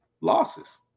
losses